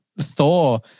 Thor